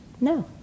no